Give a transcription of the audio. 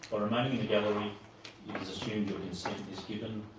by remaining in the gallery, it is assumed your consent is given,